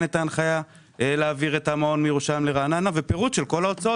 את ההנחיה להעביר את המעון מירושלים לרעננה ופירוט של כל ההוצאות.